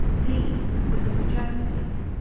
these were the mujahedeen,